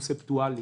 קונספטואלי.